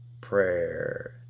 prayer